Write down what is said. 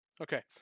okay